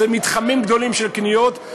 אלו מתחמים גדולים של קניות.